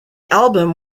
album